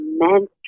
immense